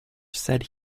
said